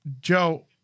Joe